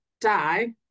Die